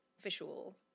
visual